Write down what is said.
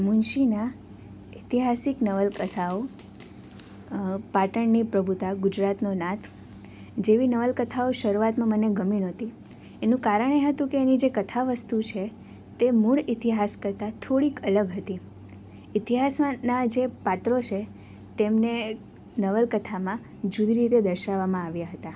મુનશીના ઐતિહાસિક નવલકથાઓ છે જેમ કે પાટણની પ્રભુતા ગુજરાતનો નાથ જેવી નવલકથાઓ શરૂઆતમાં મને ગમી નહોતી એનું કારણ એ હતું કે એની જે કથાવસ્તુ છે એ મૂળ ઇતિહાસ કરતાં થોડીક અલગ હતી ઇતિહાસમાંના જે પાત્રો છે તેમને નવલકથામાં જુદી રીતે દર્શાવવામાં આવ્યા હતા